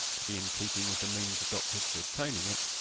to be in keeping with the means adopted for obtaining it,